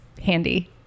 handy